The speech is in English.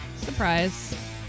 surprise